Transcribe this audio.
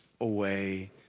away